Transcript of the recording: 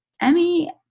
Emmy